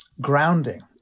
grounding